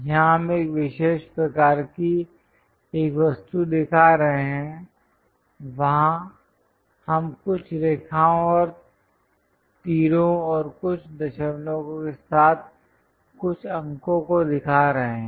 यहाँ हम एक विशेष आकार की एक वस्तु दिखा रहे हैं वहाँ हम कुछ रेखाओं और तीरों और कुछ दशमलवों के साथ कुछ अंकों को दिखा रहे हैं